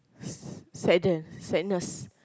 sadder sadness